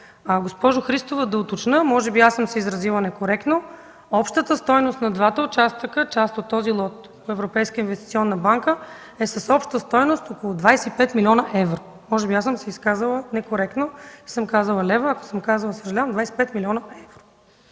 Госпожо Христова, да уточня, може би аз съм се изразила некоректно. Общата стойност на двата участъка, част от този лот, с Европейската инвестиционна банка е с обща стойност около 25 млн. евро. Може би аз се изказала некоректно и съм казала „лева”. Ако съм